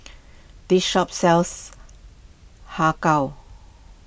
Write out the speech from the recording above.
this shop sells Har Kow